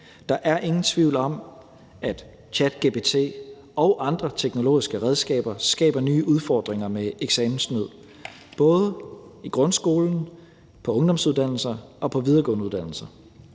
der er ingen tvivl om, at ChatGPT og andre teknologiske redskaber skaber nye udfordringer med eksamenssnyd både i grundskolen, på ungdomsuddannelserne og på de videregående uddannelser.